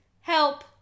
help